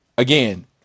Again